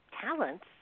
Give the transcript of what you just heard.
talents